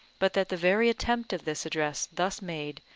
but that the very attempt of this address thus made,